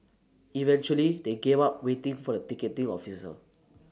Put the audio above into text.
eventually they gave up waiting for the ticketing officer